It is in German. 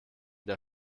der